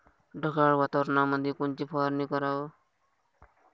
ढगाळ वातावरणामंदी कोनची फवारनी कराव?